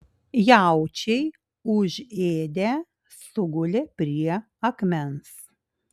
jaučiai užėdę sugulė prie akmens